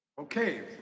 Okay